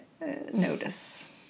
notice